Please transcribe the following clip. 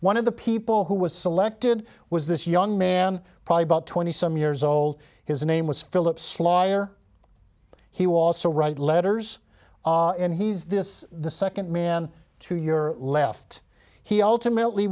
one of the people who was selected was this young man probably about twenty some years old his name was philip's liar he was so write letters and he's this the second man to your left he ultimately